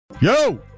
Yo